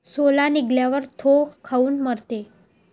सोला निघाल्यावर थो काऊन मरते?